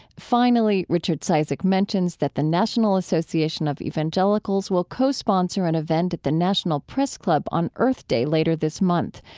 finally, richard cizik mentions that the national association of evangelicals will co-sponsor an event at the national press club on earth day later this month,